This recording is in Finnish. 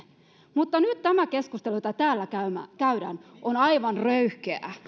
mutta nyt tämä keskustelu jota täällä käydään on aivan röyhkeää